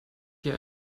hier